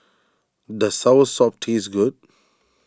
does Soursop taste good